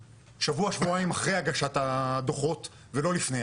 שבוע-שבועיים אחרי הגשת הדו"חות ולא לפני.